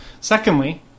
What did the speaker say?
Secondly